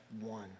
one